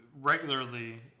Regularly